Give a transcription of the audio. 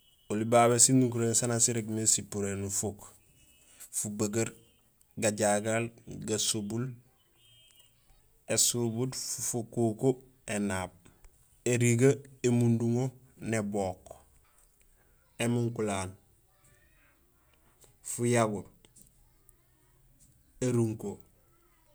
Oli babé sinukurén sanja sirégmé sipuré nufuk: fubegeer, gajagal, gasobul, ésubut fukuku énaab érigee némunduŋo nébook émukulaam fujaguur érunko.